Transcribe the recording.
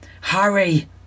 Hurry